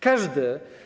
Każde.